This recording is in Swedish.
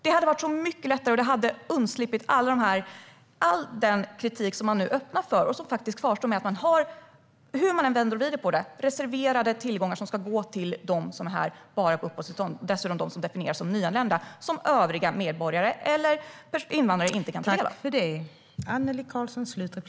Det hade varit mycket lättare, och då hade man sluppit all den kritik man nu öppnar för och som faktiskt kvarstår i och med att det, hur man än vänder och vrider på det, finns reserverade tillgångar som ska gå till dem som är här bara på uppehållstillstånd - och dessutom till dem som definieras som nyanlända - och att övriga medborgare eller invandrare inte kan ta del av dem.